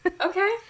Okay